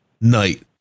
night